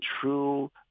true